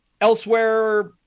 Elsewhere